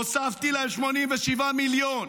הוספתי להם 87 מיליון.